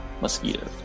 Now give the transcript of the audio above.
Mosquito